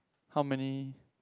how many